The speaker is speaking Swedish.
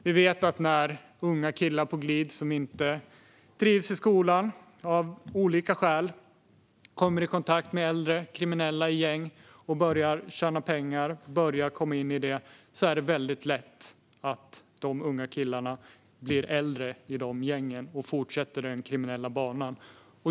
Vi vet att när unga killar på glid, som av olika skäl inte trivs i skolan, kommer i kontakt med äldre i kriminella gäng och börjar tjäna pengar där är det väldigt lätt att dessa unga killar blir kvar i dessa gäng när de blir äldre och fortsätter på den kriminella banan.